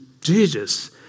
Jesus